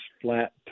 flat